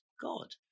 God